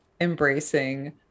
embracing